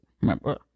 Remember